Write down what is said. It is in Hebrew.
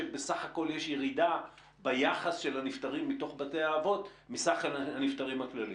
שבסך הכול יש ירידה ביחס של הנפטרים בתוך בתי האבות מסך הפטרים הכללי.